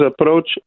approach